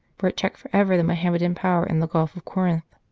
for it checked for ever the mohammedan power in the gulf of corinth.